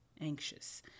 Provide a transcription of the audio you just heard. anxious